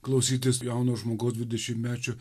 klausytis jauno žmogaus dvidešimtmečio